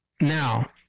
Now